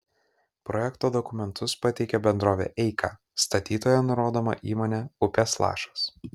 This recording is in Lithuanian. projekto dokumentus pateikė bendrovė eika statytoja nurodoma įmonė upės lašas